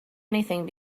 anything